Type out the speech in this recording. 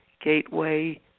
gateway